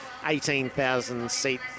18,000-seat